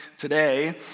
today